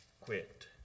quit